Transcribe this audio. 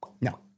No